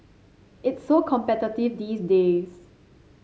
it's so competitive these days